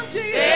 Jesus